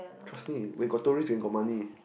trust me where got tourist then got money